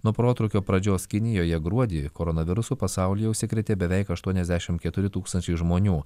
nuo protrūkio pradžios kinijoje gruodį koronavirusu pasaulyje užsikrėtė beveik aštuoniasdešim keturi tūkstančiai žmonių